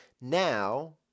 Now